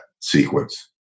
sequence